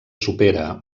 supera